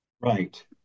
right